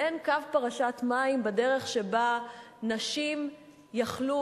מעין קו פרשת מים בדרך שבה נשים יכלו